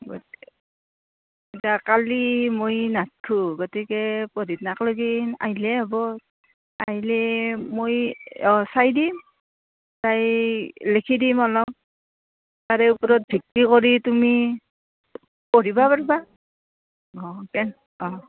গ তিকে এতিয়া কালি মই নাথকো গতিকে পৰহিদিনাকলকি আহিলেই হ'ব আহিলে মই অঁ চাই দিম চাই লিখি দিম অলপ তাৰে ওপৰত ভিত্তি কৰি তুমি পঢ়িবা পাৰিবা অঁ তে অঁ